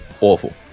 awful